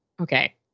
Okay